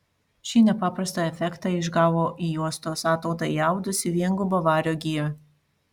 šį nepaprastą efektą išgavo į juostos ataudą įaudusi viengubą vario giją